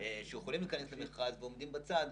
שיכולות להיכנס למכרז ועומדות בצד.